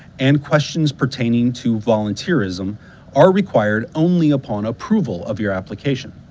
and questions pertaining to volunteerism are required only upon approval of your application.